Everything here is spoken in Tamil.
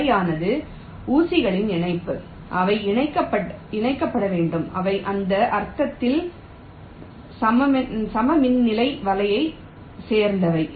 வலையானது ஊசிகளின் இணைப்பு அவை இணைக்கப்பட வேண்டும் அவை அந்த அர்த்தத்தில் சமமின்னிலை வலையைச் சேர்ந்தவை